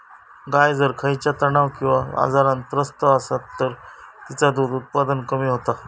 गाय जर खयच्या तणाव किंवा आजारान त्रस्त असात तर तिचा दुध उत्पादन कमी होता